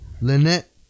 Lynette